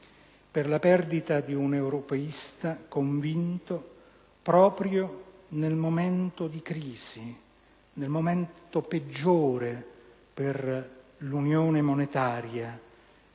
per la perdita di un europeista convinto, proprio nel momento di crisi, nel momento peggiore per l'unione monetaria